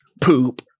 poop